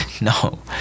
no